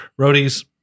Roadies